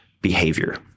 behavior